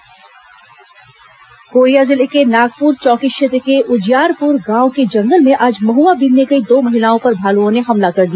भालू हमला कोरिया जिले के नागपुर चौकी क्षेत्र के उजियारपुर गांव के जंगल में आज महुआ बीनने गई दो महिलाओं पर भालुओं ने हमला कर दिया